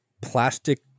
plastic